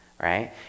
Right